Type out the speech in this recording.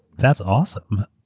that's awesome.